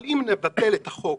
אבל אם נבטל את החוק